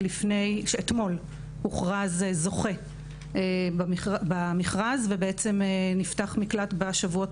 אתמול הוכרז זוכה במכרז ונפתח מקלט בשבועות